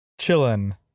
chillin